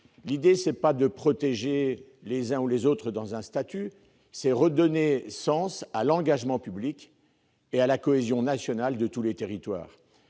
L'idée n'est pas de protéger les uns ou les autres par un statut ; il s'agit de redonner sens à l'engagement public et à la cohésion nationale de tous les territoires.